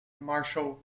marshal